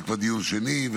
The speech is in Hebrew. זה כבר דיון שני,